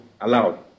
allowed